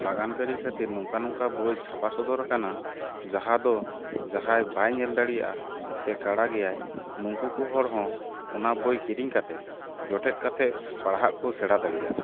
ᱞᱟᱜᱟᱱᱠᱟᱹᱨᱤ ᱠᱷᱟᱹᱛᱤᱨ ᱱᱚᱝᱠᱟ ᱱᱚᱝᱠᱟ ᱵᱳᱭ ᱪᱷᱟᱯᱟ ᱥᱚᱫᱚᱨ ᱠᱟᱱᱟ ᱡᱟᱦᱟᱸ ᱫᱚ ᱡᱟᱦᱟᱸᱭ ᱵᱟᱭ ᱧᱮᱞ ᱫᱟᱲᱮᱭᱟᱜᱼᱟ ᱥᱮ ᱠᱟᱬᱟ ᱜᱮᱭᱟᱭ ᱱᱩᱝᱠᱩ ᱠᱚ ᱦᱚᱲ ᱦᱚᱸ ᱚᱱᱟ ᱵᱳᱭ ᱠᱤᱨᱤᱧ ᱠᱟᱛᱮᱫ ᱡᱚᱴᱮᱫ ᱠᱟᱛᱮᱫ ᱯᱟᱲᱦᱟᱜ ᱠᱚ ᱥᱮᱬᱟ ᱫᱟᱲᱮᱭᱟᱜᱼᱟ